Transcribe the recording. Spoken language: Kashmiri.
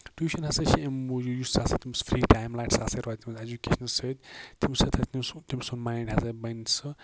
ٹیوٗشَن ہسا چھُ امہِ موٗجوٗد یُس ہسا تٔمِس فری ٹایم لاڈِ سُہ ہسا روز تٔمِس ایٚجُکیشنس سۭتۍ تَمہِ سۭتۍ ہسا تٔمۍ سُند مایڈ ہسا بَنہِ سُہ